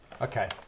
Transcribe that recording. Okay